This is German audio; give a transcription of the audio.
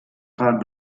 paar